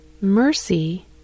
Mercy